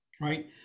right